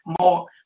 more